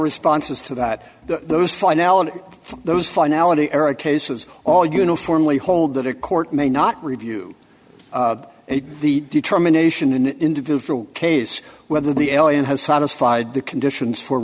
responses to that those finality those finality era cases all uniformly hold that a court may not review the determination in an individual case whether the alan has satisfied the conditions for